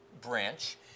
branch